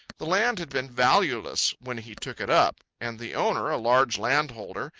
the land had been valueless when he took it up, and the owner, a large landholder,